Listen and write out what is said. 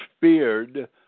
feared